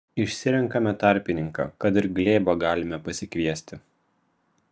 išsirenkame tarpininką kad ir glėbą galime pasikviesti